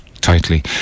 tightly